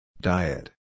Diet